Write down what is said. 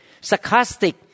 sarcastic